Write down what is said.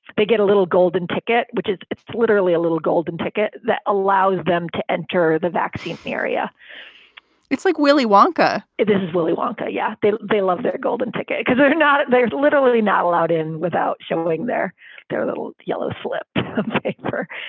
they get a little golden ticket, which is literally a little golden ticket that allows them to enter the vaccine area it's like willy wonka this is willy wonka. yeah, they they love their golden ticket because they're not they're literally not allowed in without showing their their little yellow slip of paper.